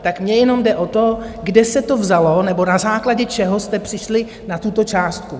Tak mně jenom jde o to, kde se to vzalo nebo na základě čeho jste přišli na tuto částku?